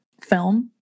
film